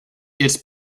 its